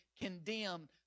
condemned